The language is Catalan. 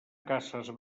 casas